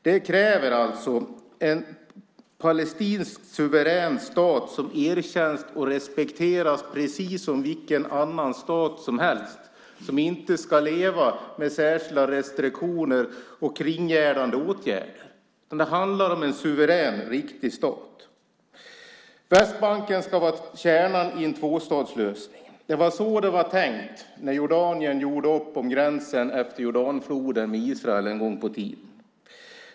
Det kräver en palestinsk suverän stat som erkänns och respekteras precis som vilken annan stat som helst som inte ska leva med särskilda restriktioner och kringgärdande åtgärder. Det handlar om en suverän riktig stat. Västbanken ska vara kärnan i en tvåstatslösning. Det var så det var tänkt när Jordanien gjorde upp om gränsen utefter Jordanfloden med Israel en gång i tiden.